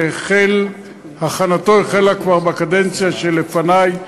והכנתו החלה כבר בקדנציה שלפנַי,